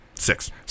Six